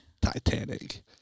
titanic